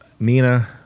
Nina